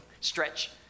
stretch